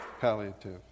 palliative